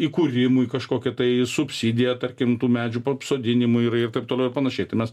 įkūrimui kažkokią tai subsidiją tarkim tų medžių sodinimui ir ir taip toliau ir panašiai artimas